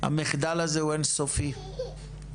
המחדל הזה הוא אינסופי,